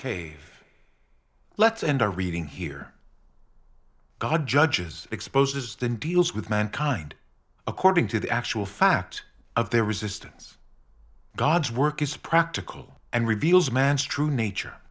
cave let's end our reading here god judges exposes than deals with mankind according to the actual fact of their resistance god's work is practical and reveals man's true nature